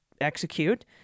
execute